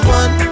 one